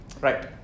Right